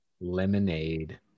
Lemonade